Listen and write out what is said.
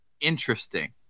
Interesting